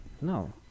No